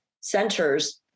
centers